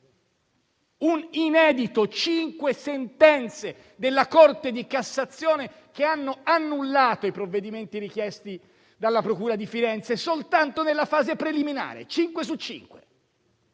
Un inedito: cinque sentenze della Corte di cassazione che hanno annullato i provvedimenti richiesti dalla procura di Firenze, soltanto nella fase preliminare.